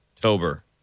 Tober